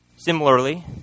Similarly